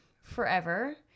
forever